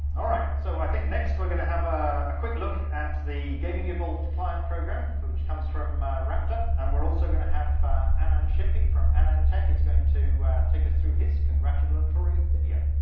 all right. so i think next we're going to have a quick look at the gaming evolved client program, which comes from raptr. and we're also going to have anand shimpi from anandtech is going to take us through his congratulatory video.